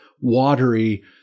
watery